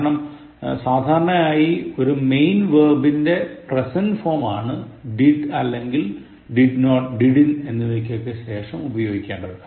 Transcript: കാരണം സാധാരണയായി ഒരു മെയിൻ വേർബിന്റെ പ്രസന്റ് ഫോം ആണ് did അല്ലെങ്ങിൽ did not didn't എന്നിവക്ക് ശേഷം ഉപയോഗിക്കേണ്ടത്